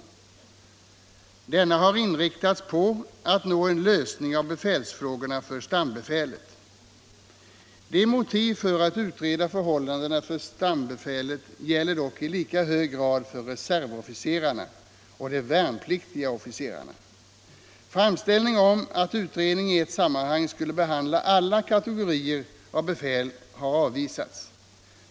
Utredningen har inriktats på att nå en lösning av befälsfrågorna för stambefälet. Motiven för att utreda förhållandena för stambefälet gäller dock i lika hög grad för reservofficerarna och de värnpliktiga officerarna. Framställning om att utredningen i ett sammanhang skulle behandla alla kategorier av befäl har avvisats.